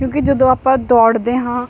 ਕਿਉਂਕਿ ਜਦੋਂ ਆਪਾਂ ਦੌੜਦੇ ਹਾਂ